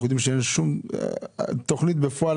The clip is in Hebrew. אנחנו יודעים שאין שום תוכנית בפועל,